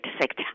sector